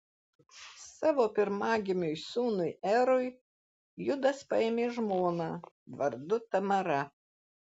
savo pirmagimiui sūnui erui judas paėmė žmoną vardu tamara